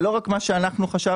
זה לא רק מה שאנחנו חשבנו,